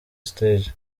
stage